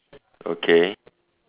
okay